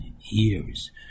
years